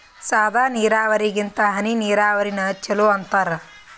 ಸಾದ ನೀರಾವರಿಗಿಂತ ಹನಿ ನೀರಾವರಿನ ಚಲೋ ಅಂತಾರ